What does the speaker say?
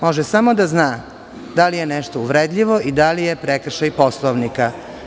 Može samo da zna, da li je nešto uvredljivo i da li je prekršaj Poslovnika.